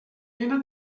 mena